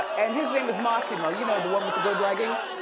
and his name is mossimo, you know, the one with the good leggings,